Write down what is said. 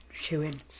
chewing